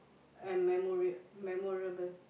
and memorial memorable